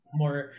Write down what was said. more